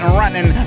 running